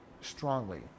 strongly